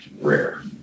rare